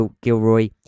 Gilroy